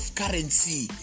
currency